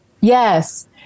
yes